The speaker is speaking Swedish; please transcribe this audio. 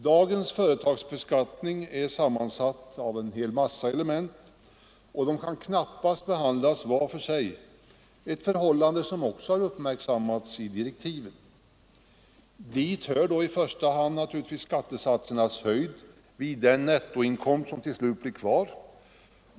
Dagens företagsbeskattning är sammansatt av en hel massa element, som knappast kan behandlas var för sig, ett förhållande som också har uppmärksammats i direktiven. Dit hör i första hand naturligtvis skattesatsernas höjd vid den nettoinkomst som till slut blir kvar.